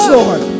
Lord